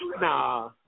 Nah